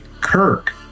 kirk